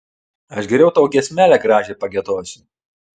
aš geriau tau giesmelę gražią pagiedosiu